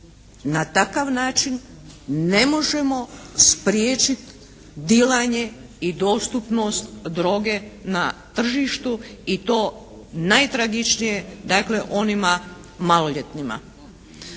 Na takav način ne možemo spriječit dilanje i dostupnost droge na tržištu i to najtragičnije dakle onima maloljetnima.